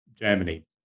Germany